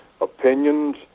opinions